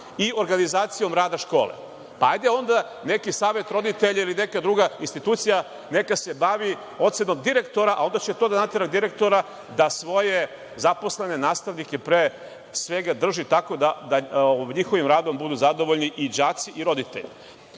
i organizacijom rada škole. Pa hajde onda neki savet roditelja ili neka druga institucija neka se bavi ocenom direktora, a onda će to da natera direktora da svoje zaposlene, nastavnike, pre svega drži tako da njihovim radom budu zadovoljni i đaci i roditelji. Druga